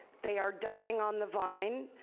they are dying on the vine,